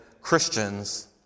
Christians